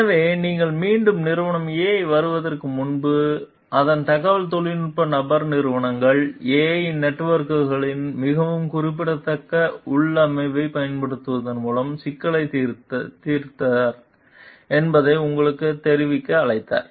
எனவே நீங்கள் மீண்டும் நிறுவனம் A க்கு வருவதற்கு முன்பு அதன் தகவல் தொழில்நுட்ப நபர் நிறுவனங்கள் A இன் நெட்வொர்க்குகளின் மிகவும் குறிப்பிட்ட உள்ளமைவைப் பயன்படுத்துவதன் மூலம் சிக்கலைத் தீர்த்தார் என்பதை உங்களுக்குத் தெரிவிக்க அழைத்தார்